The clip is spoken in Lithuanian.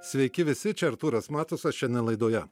sveiki visi čia artūras matusas šiandien laidoje